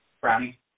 Brownie